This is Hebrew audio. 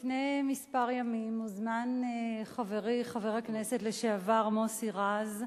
לפני כמה ימים הוזמן חברי חבר הכנסת לשעבר מוסי רז,